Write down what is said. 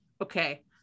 okay